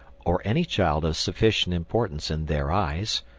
or any child of sufficient importance in their eyes,